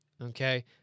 okay